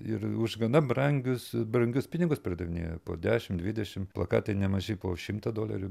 ir už gana brangius brangius pinigus pardavinėja po dešimt dvidešimt plakatai nemaži po šimtą dolerių